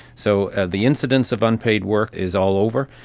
so the incidence of unpaid work is all over,